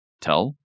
Tell